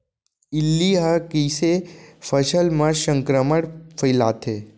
इल्ली ह कइसे फसल म संक्रमण फइलाथे?